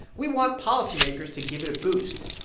we want policymakers to give it a boost.